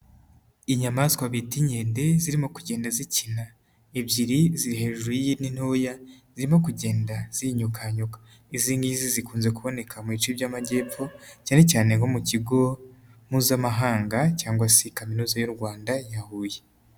Inyamaswa bita inyende zirimo kugenda zikina, ebyiri ziri hejuru y'indi ntoya, zirimo kugenda ziyinyukanyuka, izi ngizi zikunze kuboneka mu bice by'amajyepfo cyane cyane nko mu kigo mpuzamahanga cyangwa se Kaminuza y'u Rwanda ya Huye.